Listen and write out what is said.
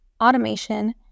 automation